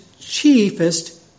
chiefest